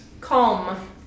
Calm